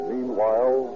Meanwhile